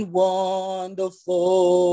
wonderful